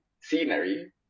scenery